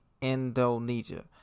Indonesia